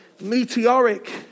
meteoric